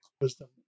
wisdom